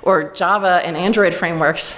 or java and android frameworks